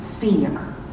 fear